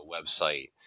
website